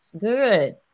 Good